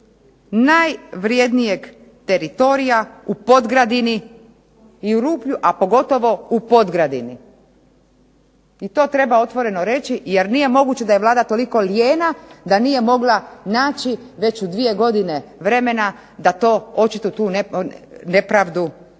najvrijednijeg teritorija u Podgradini i u Ruplju, a pogotovo u Podgradini. I to treba otvoreno reći jer nije moguće da je Vlada toliko lijena da nije mogla naći već u 2 godine vremena da to, očito tu nepravdu ispravi.